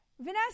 Vanessa